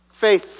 faith